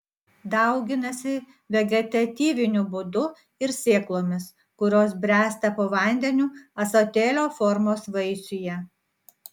dauginasi vegetatyviniu būdu ir sėklomis kurios bręsta po vandeniu ąsotėlio formos vaisiuje